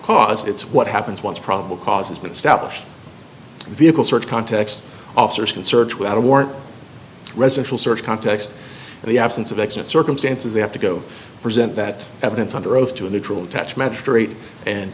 cause it's what happens once probable causes but stablish vehicle search context officers can search without a warrant residential search context the absence of exit circumstances they have to go present that evidence under oath to a neutral attach magistrate and